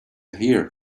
here